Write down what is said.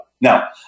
Now